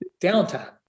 downtime